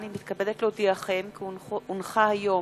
12, אין מתנגדים, אין נמנעים.